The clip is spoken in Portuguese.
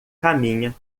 caminha